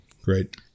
Great